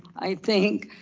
i think,